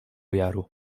jaru